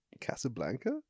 Casablanca